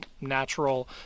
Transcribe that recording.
natural